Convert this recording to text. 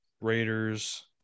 Raiders